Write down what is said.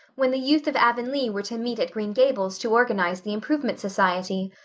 when the youth of avonlea were to meet at green gables to organize the improvement society.